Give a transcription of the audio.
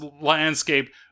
landscape